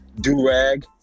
do-rag